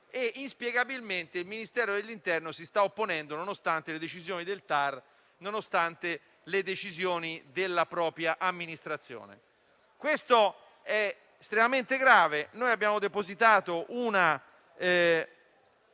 Inspiegabilmente, il Ministero dell'interno si sta opponendo, nonostante le decisioni del TAR e nonostante le decisioni della propria amministrazione. Questo è estremamente grave. Abbiamo depositato una